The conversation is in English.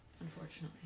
unfortunately